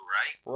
right